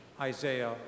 Isaiah